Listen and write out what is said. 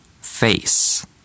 face